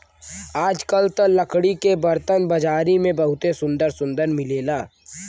आजकल त लकड़ी के बरतन बाजारी में बहुते सुंदर सुंदर मिलेला